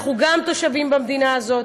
גם אנחנו תושבים במדינה הזאת,